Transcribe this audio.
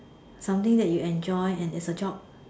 something that you enjoy and as a job